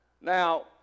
Now